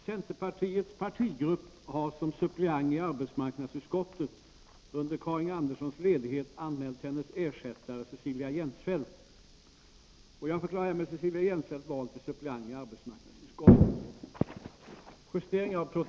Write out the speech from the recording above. Centerpartiets partigrupp har som suppleant i arbetsmarknadsutskottet under Karin Anderssons ledighet anmält hennes ersättare Cecilia Jensfelt.